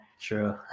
True